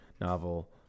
novel